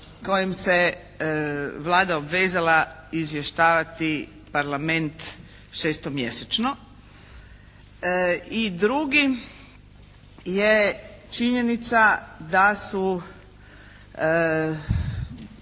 kojim se Vlada obvezala izvještavati Parlament šestomjesečno. I drugi je činjenica da su